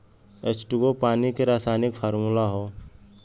H two O पानी के रासायनिक फार्मूला हौ